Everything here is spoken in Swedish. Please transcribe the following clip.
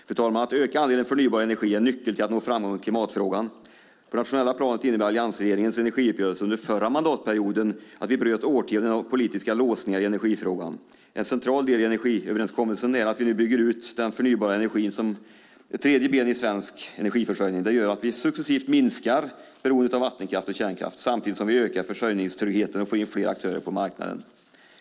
Fru talman! Att öka andelen förnybar energi är nyckeln till att nå framgång i klimatfrågan. På det nationella planet innebär alliansregeringens energiuppgörelse under förra mandatperioden att vi bröt årtionden av politiska låsningar i energifrågan. En central del i överenskommelsen är att vi nu bygger ut den förnybara energin som ett tredje ben i svensk energiförsörjning. Det gör att vi successivt minskar beroendet av vattenkraft och kärnkraft, samtidigt som vi ökar försörjningsfriheten och får in fler aktörer på marknaden.